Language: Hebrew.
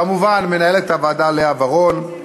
כמובן מנהלת הוועדה לאה ורון,